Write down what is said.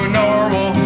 normal